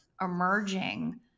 emerging